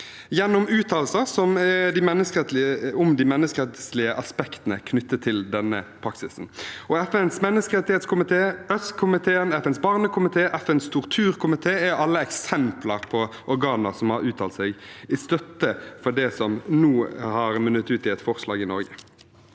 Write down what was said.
gjennom uttalelser om de menneskerettslige aspektene knyttet til denne praksisen. FNs mennes kerettighetskomité, ØSK-komiteen, FNs barnekomité og FNs torturkomité er alle eksempler på organer som har uttalt seg til støtte for det som nå har munnet ut i et forslag i Norge.